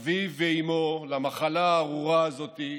אביו ואימו במחלה הארורה הזאת.